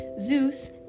Zeus